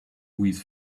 with